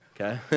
Okay